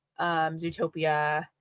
Zootopia